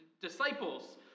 disciples